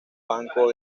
banco